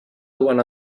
duen